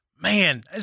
man